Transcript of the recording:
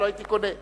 לא הייתי קונה.